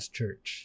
Church